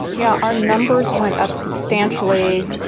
yeah, our numbers went up substantially.